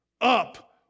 up